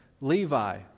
Levi